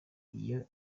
iyo